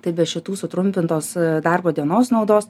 tai be šitų sutrumpintos darbo dienos naudos